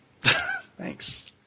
Thanks